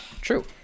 true